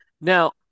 Now